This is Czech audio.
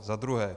Za druhé.